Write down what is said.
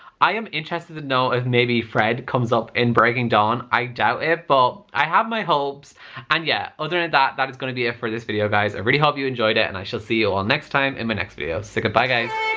i am interested to know if maybe fred comes up in breaking dawn i doubt it but i have my hopes and yeah other than that that is gonna be it for this video guys i really hope you enjoyed it and i shall see you all next time in my next video so goodbye guys